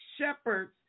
shepherds